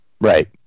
Right